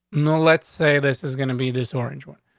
no, let's say this is gonna be this orange one.